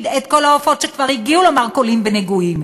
את כל העופות שכבר הגיעו למרכולים והם נגועים.